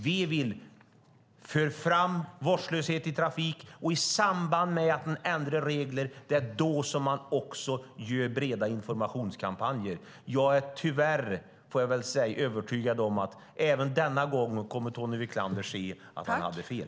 Vi vill föra fram detta med vårdslöshet i trafiken, och i samband med att man ändrar reglerna gör man breda informationskampanjer. Jag är, tyvärr, övertygad om att även denna gång kommer Tony Wiklander att se att han hade fel.